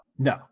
No